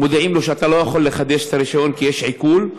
מודיעים לו שהוא לא יכול לחדש את הרישיון כי יש עיקול,